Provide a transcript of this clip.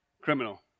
criminal